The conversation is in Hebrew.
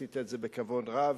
ועשית את זה בכבוד רב.